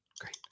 Great